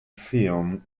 film